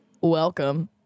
welcome